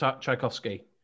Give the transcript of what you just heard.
Tchaikovsky